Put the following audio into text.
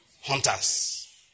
hunters